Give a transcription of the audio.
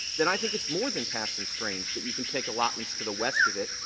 then i think it's more than passing strange that you can take allotments to the west of it,